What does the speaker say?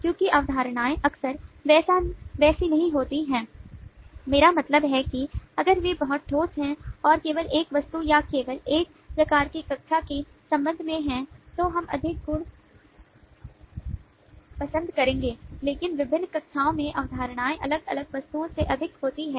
क्योंकि अवधारणाएं अक्सर वैसी नहीं होती हैं मेरा मतलब है कि अगर वे बहुत ठोस हैं और केवल एक वस्तु या केवल एक प्रकार की कक्षा के संबंध में हैं तो हम अधिक गुण पसंद करेंगे लेकिन विभिन्न कक्षाओं में अवधारणाएं अलग अलग वस्तुओं में अधिक होती हैं